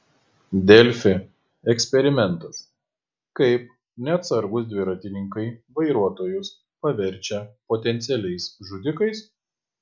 delfi eksperimentas kaip neatsargūs dviratininkai vairuotojus paverčia potencialiais žudikais